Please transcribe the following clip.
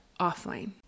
offline